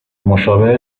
مشابه